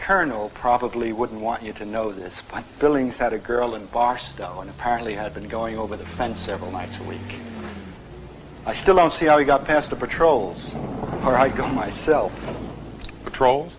colonel probably wouldn't want you to know this billings had a girl in barstow and apparently had been going over the fence several nights a week i still don't see how he got past the patrol car i don't myself patrols